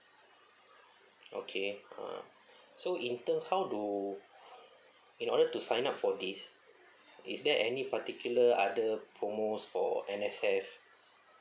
okay uh so in term how do in order to sign up for this is there any particular other promos for N_S_F